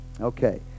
Okay